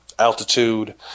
altitude